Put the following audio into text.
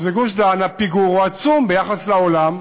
בגוש-דן הפיגור הוא עצום ביחס לעולם,